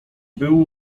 był